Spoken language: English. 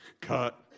Cut